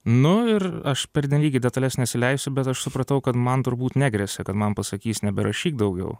nu ir aš pernelyg į detales nesileisiu bet aš supratau kad man turbūt negrėsė kad man pasakys neberašyk daugiau